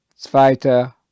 Zweiter